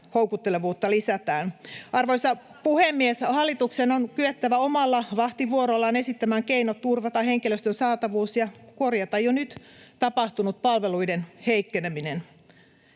se teidän ratkaisu on?] Arvoisa puhemies! Hallituksen on kyettävä omalla vahtivuorollaan esittämään keinot turvata henkilöstön saatavuus ja korjata jo nyt tapahtunut palveluiden heikkeneminen.